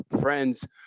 friends